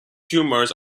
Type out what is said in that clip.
tumors